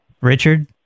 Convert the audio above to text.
Richard